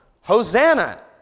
Hosanna